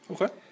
Okay